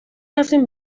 رفتیم